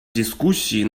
дискуссии